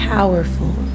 Powerful